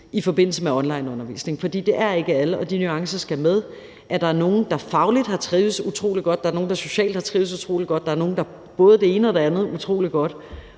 i forbindelse med onlineundervisning. For der er nogle – og de nuancer skal med – der fagligt har trivedes utrolig godt, og der er nogle, der socialt har trivedes utrolig godt, og der er nogle, der både har gjort det ene og det andet utrolig godt;